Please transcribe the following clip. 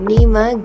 Nima